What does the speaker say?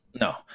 No